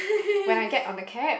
when I get on the cab